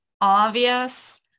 obvious